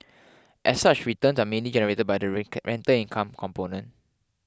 as such returns are mainly generated by the rental income component